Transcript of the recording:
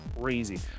crazy